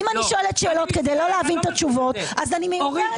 אם אני שואלת שאלות כדי לא להבין את התשובות אז אני מיותרת פה.